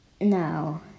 No